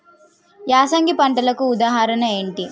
యాసంగి పంటలకు ఉదాహరణ ఏంటి?